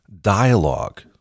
dialogue